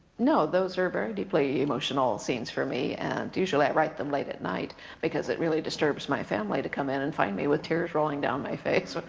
no, those are very deeply emotional scenes for me. and usually i write them late at night because it really disturbs my family to come in and find me with tears rolling down my face.